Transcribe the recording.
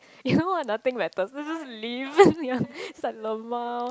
you know what nothing matters this is lame ya it's like lmao